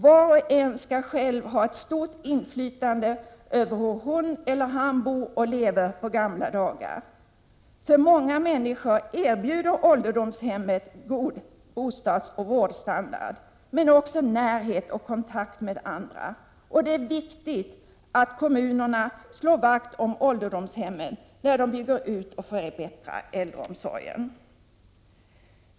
Var och en skall själv ha ett stort inflytande över hur hon eller han bor och lever på gamla dagar. För många människor erbjuder ålderdomshemmen god bostadsoch vårdstandard, men också närhet och kontakt med andra. Det är viktigt att kommunerna slår vakt om ålderdomshemmen när de bygger ut och förbättrar äldreomsorgen.